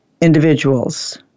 individuals